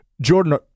Jordan